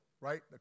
right